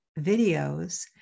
videos